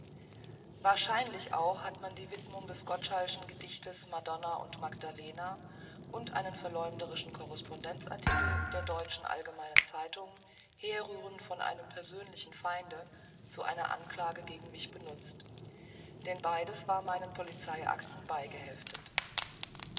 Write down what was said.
wahrscheinlich auch hat man die widmung des gottschall'schen gedichtes madonna und magdalena und einen verläumderischen correspondenzartikel der deutschen allgemeinen zeitung herrührend von einem persönlichen feinde zu einer anklage gegen mich benutzt denn beides war meinen polizeiacten